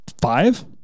Five